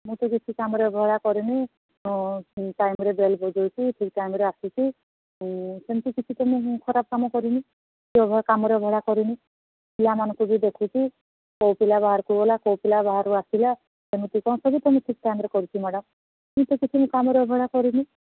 ମୁଁ ତ କିଛି କାମରେ ଅବହେଳା କରିନି ହଁ ଠିକ୍ ଟାଇମ୍ରେ ବେଲ୍ ବଜାଉଛି ଠିକ୍ ଟାଇମ୍ରେ ଆସୁଛି ଆଉ ସେମିତି କିଛି ତ ମୁଁ ଖରାପ କାମ କରିନି କି ମୋ କାମରେ ଅବହେଳା କରିନି ପିଲାମାନଙ୍କୁ ବି ଦେଖୁଛି କେଉଁ ପିଲା ବାହାରକୁ ଗଲା କେଉଁ ପିଲା ବାହାରୁ ଆସିଲା କେମିତି କ'ଣ ସବୁ କାମ ଠିକ୍ ଟାଇମ୍ରେ କରୁଛି ମ୍ୟାଡ଼ମ୍ ମୁଁ ତ କିଛି ବି କାମରେ ଅବହେଳା କରିନି